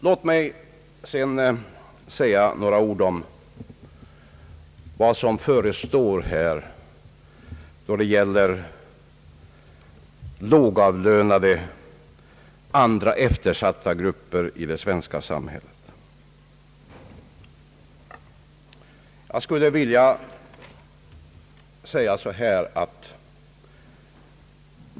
Låt mig sedan säga några ord om vad som förestår när det gäller andra lågavlönade och eftersatta grupper i det svenska samhället.